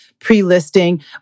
pre-listing